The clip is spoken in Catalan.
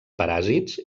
paràsits